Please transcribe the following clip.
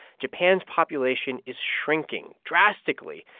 japan's population is shrinking drastically.